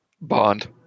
Bond